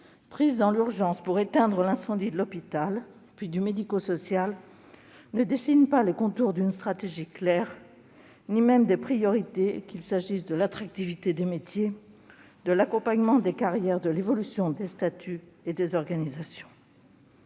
prises dans l'urgence pour éteindre l'incendie de l'hôpital, puis du médico-social, ne dessinent pas les contours d'une stratégie claire ni même de priorités, qu'il s'agisse de l'attractivité des métiers, de l'accompagnement des carrières, de l'évolution des statuts ou encore des organisations.